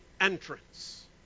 entrance